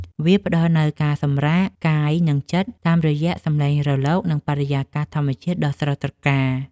វាផ្ដល់នូវការសម្រាកកាយ និងចិត្ត តាមរយៈសម្លេងរលក និងបរិយាកាសធម្មជាតិដ៏ស្រស់ត្រកាល។